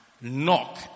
Knock